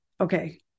okay